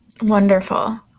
Wonderful